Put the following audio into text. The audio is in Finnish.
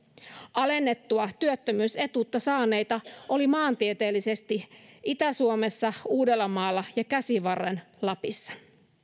alennettua työttömyysetuutta saaneita oli maantieteellisesti eniten itä suomessa uudellamaalla ja käsivarren lapissa